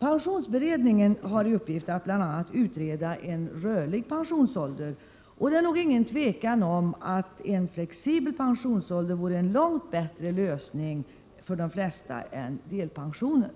Pensionsberedningen har i uppgift att utreda bl.a. en rörlig pensionsålder, och det är nog inget tvivel om att en flexibel pensionsålder vore en långt bättre lösning för de flesta än delpensionen.